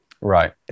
right